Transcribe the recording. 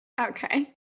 Okay